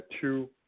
two